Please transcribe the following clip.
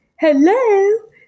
Hello